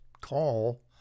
call